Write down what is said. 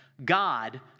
God